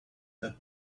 that